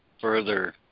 further